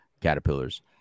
caterpillars